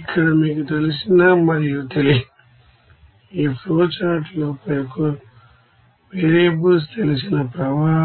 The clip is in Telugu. ఇక్కడ మీకు తెలిసిన మరియు తెలియనివి ఈ ఫ్లోచార్ట్లో పేర్కొన్న వేరియబుల్స్ తెలిసిన ప్రవాహ